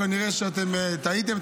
כנראה שאתם טעיתם.